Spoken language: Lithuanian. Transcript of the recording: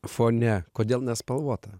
fone kodėl nespalvota